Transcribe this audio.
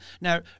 Now